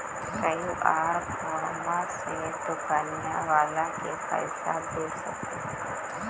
QR कोडबा से दुकनिया बाला के पैसा दे सक्रिय?